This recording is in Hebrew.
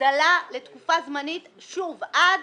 הגדלה לתקופה זמנית, שוב, עד